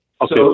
Okay